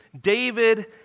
David